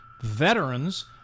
veterans